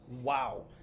Wow